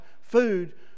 food